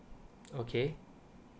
okay